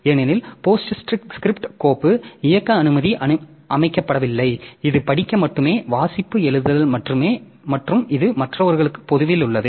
ஏனெனில் போஸ்ட்ஸ்கிரிப்ட் கோப்பு இயக்க அனுமதி அமைக்கப்படவில்லை இது படிக்க மட்டுமே வாசிப்பு எழுதுதல் மற்றும் இது மற்றவர்களுக்கு பொதுவில் உள்ளது